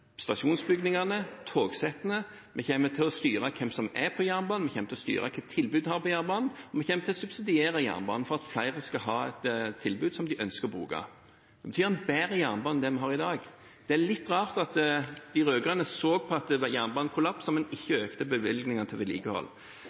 stasjonsbygningene og togsettene. Vi kommer til å styre hvem som er på jernbanen, vi kommer til å styre hvilke tilbud en har på jernbanen, og vi kommer til å subsidiere jernbanen for at flere skal ha et tilbud som de ønsker å bruke. Det betyr en bedre jernbane enn det vi har i dag. Det er litt rart at de rød-grønne så at det var jernbanekollapser, men ikke økte bevilgningene til vedlikehold.